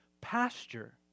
pasture